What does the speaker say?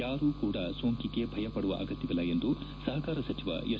ಯಾರು ಕೂಡ ಸೋಂಕಿಗೆ ಭಯ ಪಡುವ ಅಗತ್ಯವಿಲ್ಲ ಎಂದು ಸಹಕಾರ ಸಚಿವ ಎಸ್